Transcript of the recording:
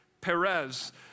Perez